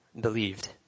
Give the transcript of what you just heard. believed